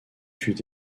fut